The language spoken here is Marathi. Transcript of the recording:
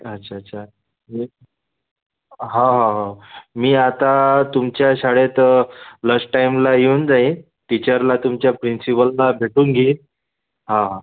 अच्छा अच्छा हां हां हो मी आता तुमच्या शाळेत लचटाईमला येऊन जाईन टिचरला तुमच्या प्रिन्सिपोलला भेटून घेईल हां हां